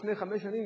לפני חמש שנים,